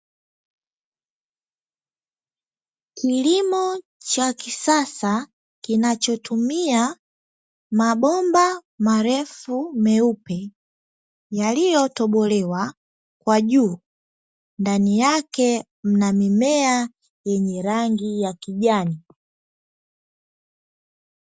Kilimo cha kisasa kinachotumia mabomba marefu meupe yaliyotobolewa kwa juu, ndani yake mna mimea yenye rangi ya kijani.